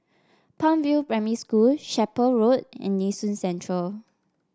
Palm View Primary School Chapel Road and Nee Soon Central